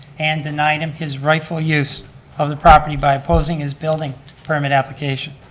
and denied him his rightful use of the property by opposing his building permit application.